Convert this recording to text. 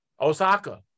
Osaka